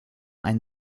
ein